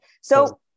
So-